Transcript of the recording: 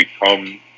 become